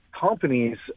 companies